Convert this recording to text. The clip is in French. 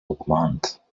augmentent